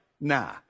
nah